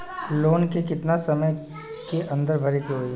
Loan के कितना समय के अंदर भरे के होई?